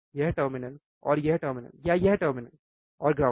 यह टर्मिनल और यह टर्मिनल या यह टर्मिनल और ग्राउंड